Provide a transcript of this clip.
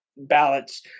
ballots